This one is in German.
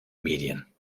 medien